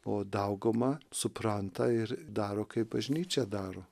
o dauguma supranta ir daro kaip bažnyčia daro